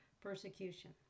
persecution